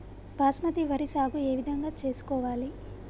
బాస్మతి వరి సాగు ఏ విధంగా చేసుకోవాలి?